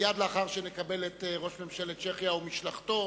מייד לאחר שנקבל את ראש ממשלת צ'כיה ומשלחתו,